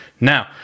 Now